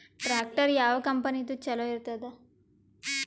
Tractor ಯಾವ ಕಂಪನಿದು ಚಲೋ ಇರತದ?